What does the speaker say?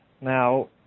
Now